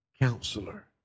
Counselor